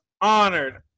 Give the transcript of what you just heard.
honored